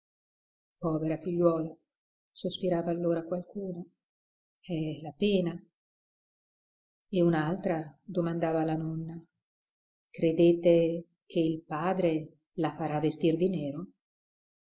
povera figliuola sospirava allora qualcuna è la pena e un'altra domandava alla nonna credete che il padre la farà vestir di nero